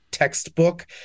textbook